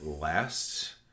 last